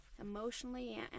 emotionally